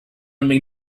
only